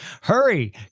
Hurry